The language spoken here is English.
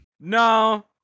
No